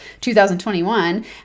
2021